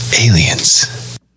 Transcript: aliens